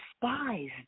despised